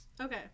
okay